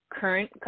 current